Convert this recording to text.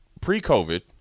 pre-COVID